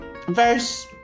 Verse